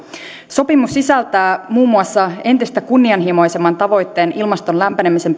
sopimus sisältää muun muassa entistä kunnianhimoisemman tavoitteen ilmaston lämpenemisen